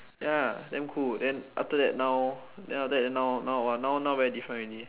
ya damn cool then after that now then after that now now now very different already